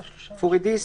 פוריידיס,